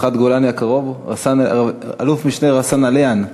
מח"ט גולני הקרוב יהיה אלוף-משנה רסאן עליאן,